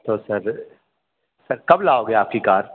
तो sir sir कब लाओगे आपकी कार